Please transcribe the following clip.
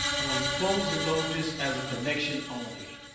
i'm gonna close and load this as a connection only.